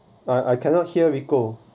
I I cannot hear rico